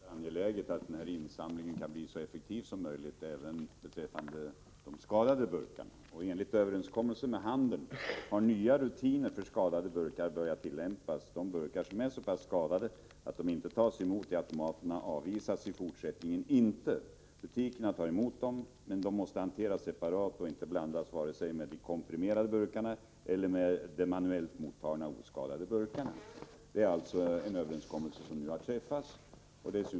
Herr talman! Jag delar naturligtvis uppfattningen att det är angeläget att insamlingen blir så effektiv som möjligt även beträffande de skadade burkarna. Enligt en överenskommelse med handeln har nya rutiner för skadade burkar börjat tillämpas. De burkar som är så pass skadade att de inte tas emot av automaterna avvisas i fortsättningen inte. Butikerna tar emot dem, men de måste hanteras separat och inte blandas vare sig med de komprimerade burkarna eller de manuellt mottagna oskadade burkarna. Detta är alltså en överenskommelse som nu har träffats.